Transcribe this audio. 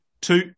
two